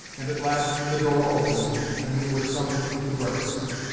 and, at last the door opened and we were summoned to breakfast.